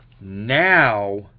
now